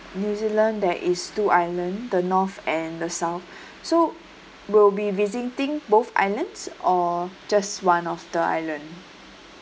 new zealand there is two island the north and the south so we'll be visiting both islands or just one of the island